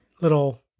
little